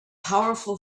powerful